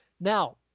Now